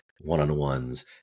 one-on-ones